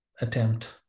attempt